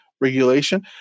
regulation